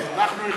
אנחנו,